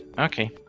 okay.